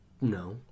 No